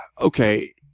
Okay